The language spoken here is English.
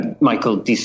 Michael